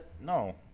No